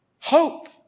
hope